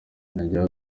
yongeyeho